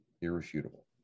irrefutable